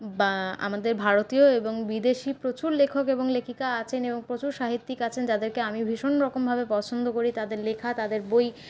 বা আমাদের ভারতীয় এবং বিদেশী প্রচুর লেখক এবং লেখিকা আছেন এবং প্রচুর সাহিত্যিক আছেন যাদেরকে আমি ভীষণরকমভাবে পছন্দ করি তাদের লেখা তাদের বই